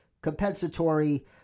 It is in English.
compensatory